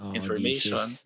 Information